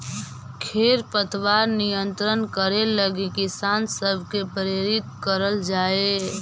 खेर पतवार नियंत्रण करे लगी किसान सब के प्रेरित करल जाए